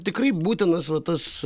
tikrai būtinas va tas